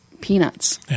peanuts